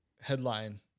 headline